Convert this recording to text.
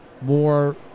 more